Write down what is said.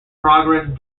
progress